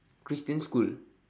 christian school